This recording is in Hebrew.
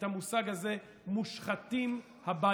את המושג הזה "מושחתים הביתה".